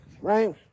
Right